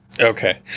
Okay